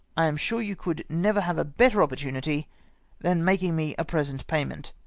i am sure you could never have a better opportimity than making me a present payment.